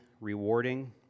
rewarding